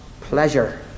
pleasure